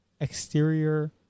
exterior